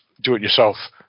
do-it-yourself